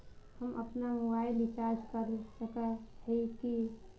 हम अपना mobile recharge कर सकय हिये की?